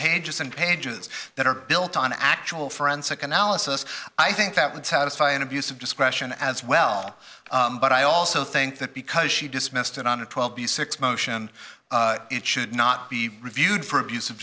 pages and pages that are built on actual forensic analysis i think that would satisfy an abuse of discretion as well but i also think that because she dismissed it on a twelve b six motion it should not be reviewed for abus